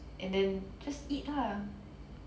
and then just eat lah